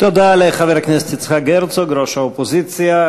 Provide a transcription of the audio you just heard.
תודה לחבר הכנסת יצחק הרצוג, ראש האופוזיציה.